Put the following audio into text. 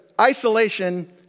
Isolation